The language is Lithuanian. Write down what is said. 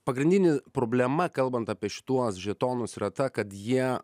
pagrindinė problema kalbant apie šituos žetonus yra ta kad jie